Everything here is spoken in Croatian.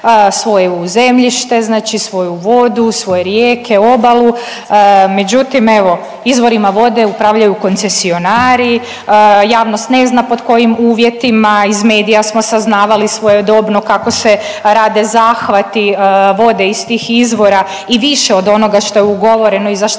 svoje zemljište, znači svoju vodu, svoje rijeke, obalu, međutim, evo, izvorima vode upravljaju koncesionari, javnost ne zna pod kojim uvjetima, iz medija smo saznavali svojedobno kako se rade zahvati vode iz tih izvora i više od onoga što je ugovoreno i za šta se